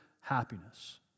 happiness